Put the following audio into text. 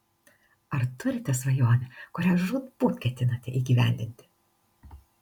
ar turite svajonę kurią žūtbūt ketinate įgyvendinti